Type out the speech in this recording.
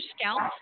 scalp